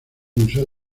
museo